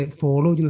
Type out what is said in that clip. follow